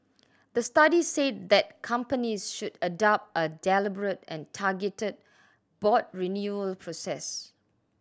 the study said that companies should adopt a deliberate and targeted board renewal process